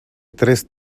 tres